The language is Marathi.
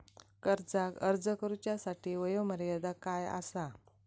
कर्जाक अर्ज करुच्यासाठी वयोमर्यादा काय आसा?